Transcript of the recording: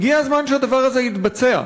הגיע הזמן שהדבר הזה יתבצע,